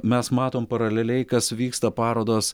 mes matom paraleliai kas vyksta parodos